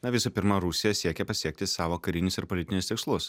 na visų pirma rusija siekia pasiekti savo karinius ir politinius tikslus